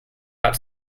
out